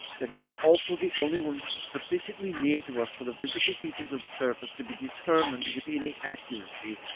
that is also the only one which is sufficiently near to us for the physical features of the surface to be determined with any accuracy,